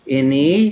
ini